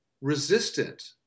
resistant